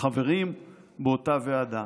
חברים באותה ועדה.